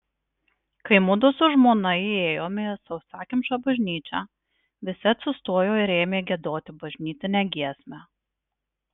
kai mudu su žmona įėjome į sausakimšą bažnyčią visi atsistojo ir ėmė giedoti bažnytinę giesmę